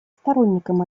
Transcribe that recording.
сторонником